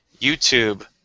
YouTube